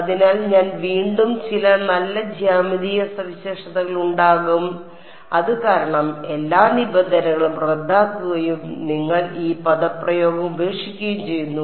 അതിനാൽ ഞാൻ വീണ്ടും ചില നല്ല ജ്യാമിതീയ സവിശേഷതകൾ ഉണ്ടാകും അത് കാരണം എല്ലാ നിബന്ധനകളും റദ്ദാക്കുകയും നിങ്ങൾ ഈ പദപ്രയോഗം ഉപേക്ഷിക്കുകയും ചെയ്യുന്നു